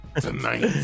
Tonight